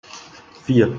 vier